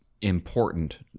important